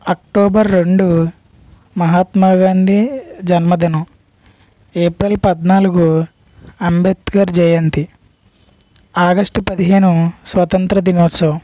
October రెండు మహాత్మా గాంధీ జన్మదినం April పద్నాలుగు అంబేద్కర్ జయంతి ఆగస్టు పదిహేను స్వతంత్ర దినోత్సవం